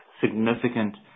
significant